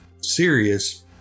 serious